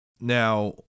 Now